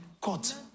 caught